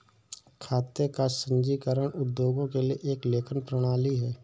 खाते का संचीकरण उद्योगों के लिए एक लेखन प्रणाली है